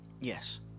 yes